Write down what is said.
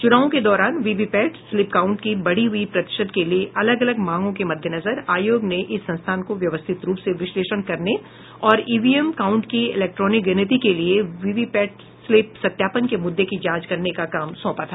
चुनावों के दौरान वीवी पैट स्लिप काउंट की बढ़ी हुई प्रतिशत के लिए अलग अलग मांगों के मद्देनजर आयोग ने इस संस्थान को व्यवस्थित रूप से विश्लेषण करने और ईवीएम काउंट की इलेक्ट्रॉनिक गिनती के लिए वीवी पैट स्लिप सत्यापन के मुद्दे की जांच करने का काम सौंपा था